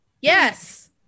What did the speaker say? Yes